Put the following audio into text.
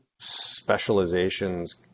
specializations